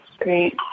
Great